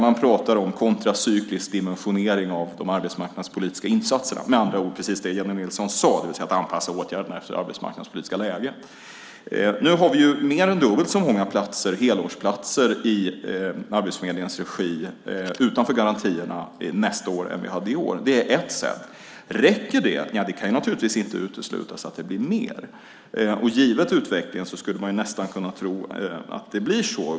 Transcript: Man pratar om kontracyklisk dimensionering av de arbetsmarknadspolitiska insatserna, med andra ord precis det Jennie Nilsson sade, det vill säga att anpassa åtgärderna efter det arbetsmarknadspolitiska läget. Nu har vi mer än dubbelt så många platser, helårsplatser, i Arbetsförmedlingens regi utöver garantierna nästa år än vi hade i år. Räcker det? Ja, det kan naturligtvis inte uteslutas att det blir mer. Givet utvecklingen skulle man ju nästan kunna tro att det blir så.